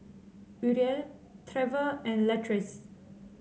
Uriel Trever and Latrice